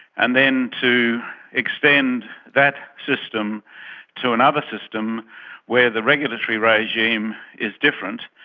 and then to extend that system to another system where the regulatory regime is different,